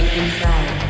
inside